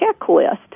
checklist